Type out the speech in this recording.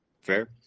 fair